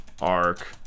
arc